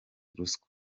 ruswa